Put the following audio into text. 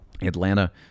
Atlanta